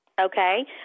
Okay